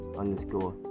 underscore